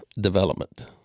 development